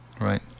right